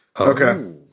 Okay